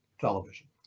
television